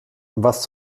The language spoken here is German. was